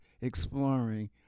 exploring